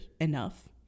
enough